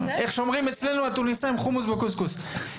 איך שאומרים אצלנו התוניסאים: חומוס בקוסקוס.